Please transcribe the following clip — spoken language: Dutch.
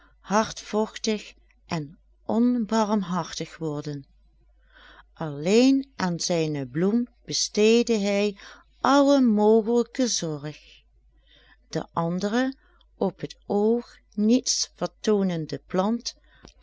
hardvochtig en onbarmhartig worden alleen aan zijne bloem besteedde hij alle mogelijke zorg de andere op het oog niets vertoonende plant